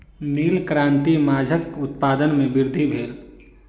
नील क्रांति सॅ माछक उत्पादन में वृद्धि भेल